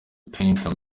painter